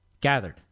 gathered